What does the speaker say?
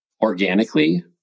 organically